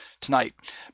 tonight